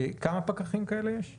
כמה פקחים כאלה יש לכם?